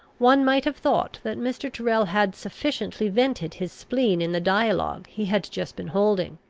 one might have thought that mr. tyrrel had sufficiently vented his spleen in the dialogue he had just been holding.